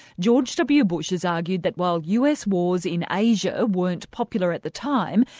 george w. bush has argued that while us wars in asia weren't popular at the time,